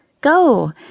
Go